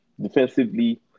defensively